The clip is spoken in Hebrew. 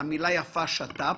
המילה "שת"פ"